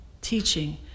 teaching